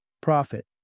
profit